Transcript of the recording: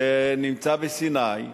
שנמצא בסיני,